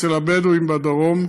אצל הבדואים בדרום,